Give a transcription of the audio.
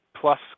plus